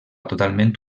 totalment